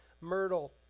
myrtle